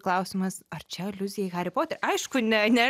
klausimas ar čia aliuzija į harį poterį aišku ne ne